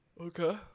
Okay